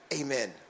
Amen